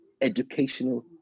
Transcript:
educational